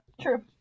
True